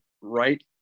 right